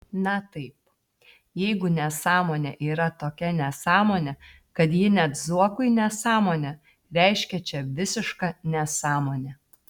na taip jeigu nesąmonė yra tokia nesąmonė kad ji net zuokui nesąmonė reiškia čia visiška nesąmonė